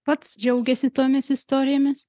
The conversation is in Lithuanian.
pats džiaugiasi tomis istorijomis